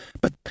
But